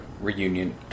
reunion